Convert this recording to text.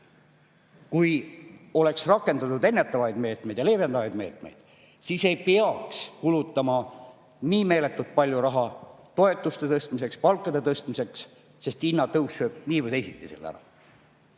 Kui oleks rakendatud ennetavaid meetmeid ja leevendavaid meetmeid, siis ei peaks kulutama nii meeletult palju raha toetuste tõstmiseks, palkade tõstmiseks, sest hinnatõus sööb selle nii või teisiti ära.